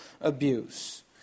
abuse